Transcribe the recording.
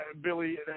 Billy